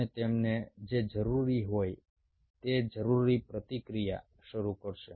અને તેમને જે જરૂરી હોય તે જરૂરી પ્રતિક્રિયા શરૂ કરશે